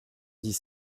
dix